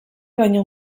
baino